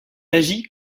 agit